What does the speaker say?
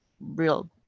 real